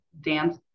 dance